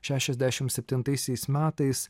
šešiasdešimt septintaisiais metais